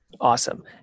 Awesome